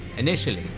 initially,